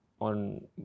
on